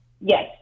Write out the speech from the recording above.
Yes